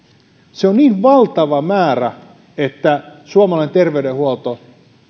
se on niin valtava määrä että suomalainen terveydenhuolto